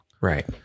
Right